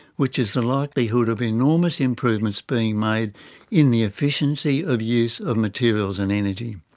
which is the likelihood of enormous improvements being made in the efficiency of use of materials and energy.